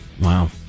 Wow